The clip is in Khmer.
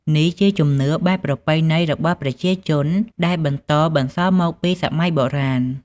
នេះ ជាជំនឿបែបប្រពៃណីរបស់ប្រជាជន ដែលបន្តបន្សល់មកពីសម័យបុរាណ។